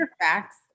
Facts